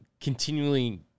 continually